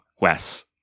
Wes